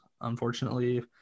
unfortunately